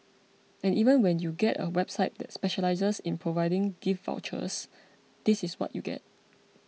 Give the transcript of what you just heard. and even when you get a website that specialises in providing gift vouchers this is what you get